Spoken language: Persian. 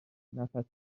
نفسی